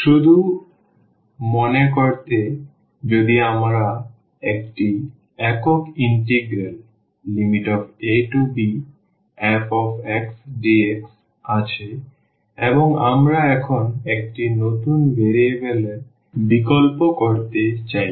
শুধু মনে করতে যদি আমরা একটি একক ইন্টিগ্রাল abfdx আছে এবং আমরা এখন একটি নতুন ভ্যারিয়েবল এর বিকল্প করতে চাই